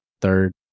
third